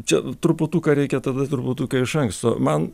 čia truputuką reikia tada truputuką iš anksto man